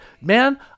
man